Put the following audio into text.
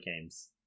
games